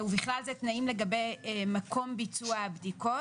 ובכלל זה תנאים לגבי מקום ביצוע הבדיקות.